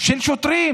של שוטרים,